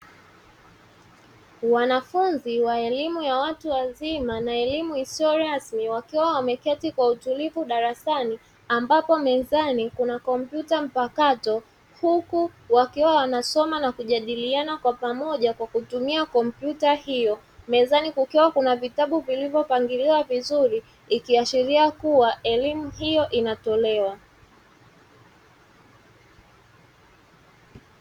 Wanafunzi wa elimu ya watu wazima na elimu isiyo rasmi wakiwa wameketi kwa utulivu darasani ambapo mezani kuna kompyuta mpakato, huku wakiwa wanasoma na kujadiliana kwa pamoja kwa kutumia kompyuta hiyo mezani kukiwa kuna vitabu vilivyopangiliwa vizuri ikiashiria kuwa elimu hiyo inatolewa.